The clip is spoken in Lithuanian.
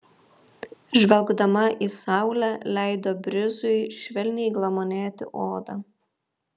žvelgdama į saulę leido brizui švelniai glamonėti odą